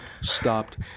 stopped